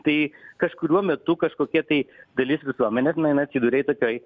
tai kažkuriuo metu kažkokie tai dalis visuomenės na jinai atsiduria i tokioj